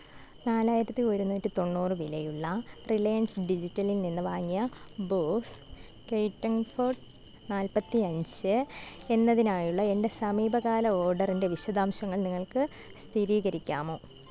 നാലായിരത്തി ഒരുന്നൂറ്റി തൊണ്ണൂറ് വിലയുള്ള റിലയൻസ് ഡിജിറ്റലിൽ നിന്ന് വാങ്ങിയ ബോസ് ക്വയറ്റ് കംഫർട്ട് നാൽപ്പത്തി അഞ്ച് എന്നതിനായുള്ള എൻ്റെ സമീപകാല ഓഡറിൻ്റെ വിശദാംശങ്ങൾ നിങ്ങൾക്ക് സ്ഥിരീകരിക്കാമോ